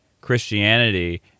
Christianity